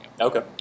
okay